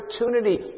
opportunity